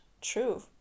true